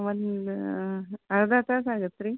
ಒಂದು ಅರ್ಧ ತಾಸು ಆಗತ್ತೆ ರೀ